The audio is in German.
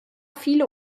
viele